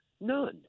None